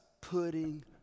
putting